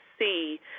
see